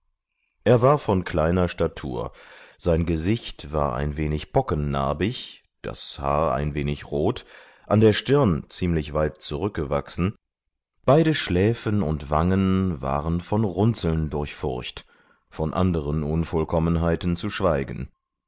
er war von kleiner statur sein gesicht war ein wenig pockennarbig das haar ein wenig rot an der stirn ziemlich weit zurückgewachsen beide schläfen und wangen waren von runzeln durchfurcht von anderen unvollkommenheiten zu schweigen